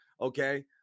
Okay